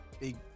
big